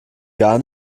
gar